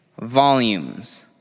volumes